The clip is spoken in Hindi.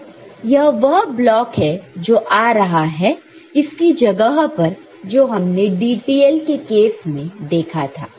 तो यह वह ब्लॉक है जो आ रहा है इसकी जगह पर जो हमने DTL के केस में देखा था